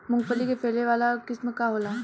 मूँगफली के फैले वाला किस्म का होला?